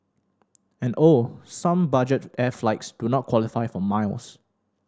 and oh some budget air flights do not qualify for miles